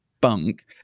bunk